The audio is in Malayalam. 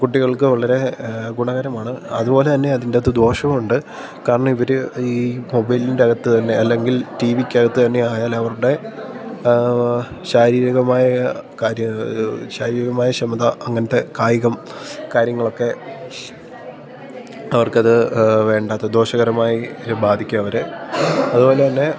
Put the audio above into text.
കുട്ടികൾക്ക് വളരെ ഗുണകരമാണ് അതുപോലെ തന്നെ അതിൻ്റകത്ത് ദോഷവും ഉണ്ട് കാരണം ഇവർ ഈ മൊബൈലിൻ്റെ അകത്ത് തന്നെ അല്ലെങ്കിൽ ടി വിക്കകത്ത് തന്നെ ആയാൽ അവരുടെ ശാരീരികമായ കാര്യ ശാരീരികമായ ക്ഷമത അങ്ങനത്തെ കായികം കാര്യങ്ങളൊക്കെ അവർക്കത് വേണ്ടാത്ത ദോഷകരമായി ബാധിക്കും അവരെ അതുപോലെ തന്നെ